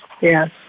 yes